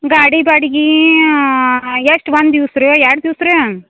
ಗಾಡಿ ಬಾಡ್ಗೆ ಎಷ್ಟು ಒಂದು ದಿವ್ಸ ರೀ ಎರಡು ದಿವ್ಸ ರೀ